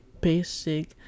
basic